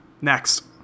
next